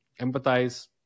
empathize